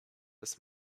des